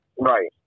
Right